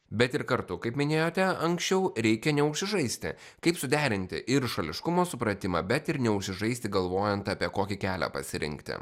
bet ir kartu kaip minėjote anksčiau reikia neužsižaisti kaip suderinti ir šališkumo supratimą bet ir neužsižaisti galvojant apie kokį kelią pasirinkti